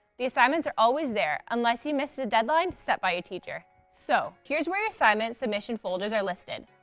the assignments are always there, unless you missed the deadline set by your teacher! so, here is where your assignment submission folders are listed.